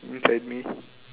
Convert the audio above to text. inside me